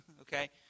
Okay